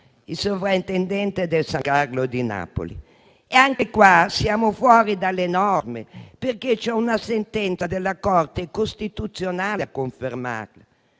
il sovrintendente del Teatro San Carlo di Napoli. Anche in questo caso, siamo fuori dalle norme, perché c'è una sentenza della Corte costituzionale a confermarlo.